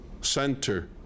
Center